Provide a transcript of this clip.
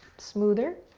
smoother,